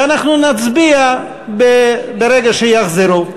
ואנחנו נצביע ברגע שיחזרו.